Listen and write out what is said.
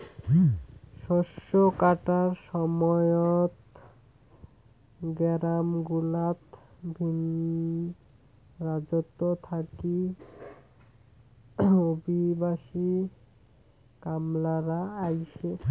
শস্য কাটার সময়ত গেরামগুলাত ভিন রাজ্যত থাকি অভিবাসী কামলারা আইসে